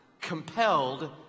compelled